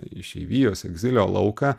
išeivijos egzilio lauką